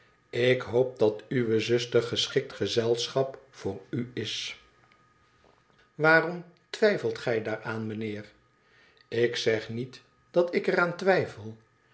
ilk hoop dat uwe zuster geschikt gezelschap voor u is waarom twijfelt gij daaraan mijnheer tik zeg niet dat ik er aan twijfel